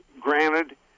granted